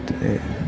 ಮತ್ತು